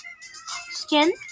skin